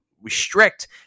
restrict